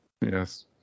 Yes